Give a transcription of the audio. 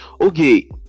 okay